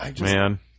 man